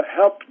help